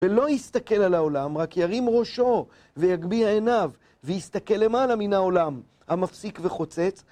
ולא יסתכל על העולם, רק ירים ראשו ויגביה עיניו ויסתכל למעלה מן העולם המפסיק וחוצץ.